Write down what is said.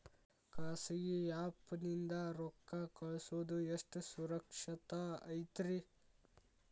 ಖಾಸಗಿ ಆ್ಯಪ್ ನಿಂದ ರೊಕ್ಕ ಕಳ್ಸೋದು ಎಷ್ಟ ಸುರಕ್ಷತಾ ಐತ್ರಿ?